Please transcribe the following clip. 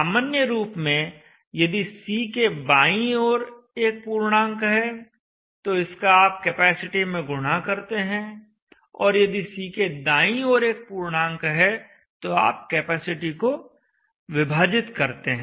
सामान्य रूप में यदि C के बाईं ओर एक पूर्णांक है तो इसका आप कैपेसिटी में गुणा करते हैं और यदि C के दाईं ओर एक पूर्णांक है तो आप कैपेसिटी को विभाजित करते हैं